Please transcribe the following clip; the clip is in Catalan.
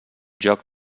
joc